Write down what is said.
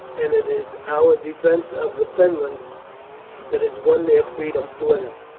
and it is our defence of the fenlands that has won their freedom for them.